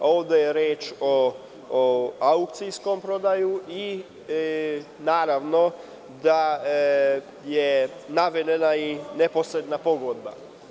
Ovde je reč o aukcijskoj prodaji i naravno da je navedena neposredna pogodba.